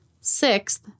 Sixth